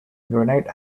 granite